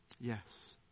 Yes